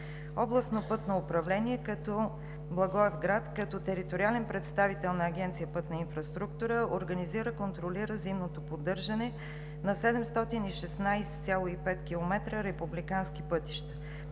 Областно пътно управление – Благоевград, като териториален представител на Агенция „Пътна инфраструктура“ организира и контролира зимното поддържане на 716,5 км републикански пътища.